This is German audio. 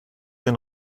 den